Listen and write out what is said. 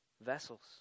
vessels